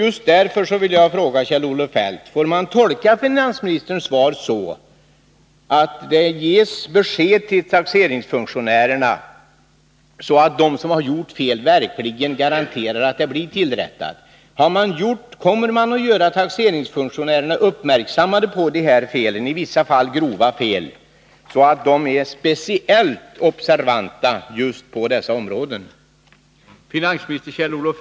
Just därför vill jag fråga Kjell-Olof Feldt: Får jag tolka finansministerns svar så att man kommer att göra taxeringsfunktionärerna uppmärksammade på de här —i vissa fall grova — felen, så att de är speciellt observanta just i dessa fall och man kan garantera att felen blir rättade?